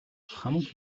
хамаг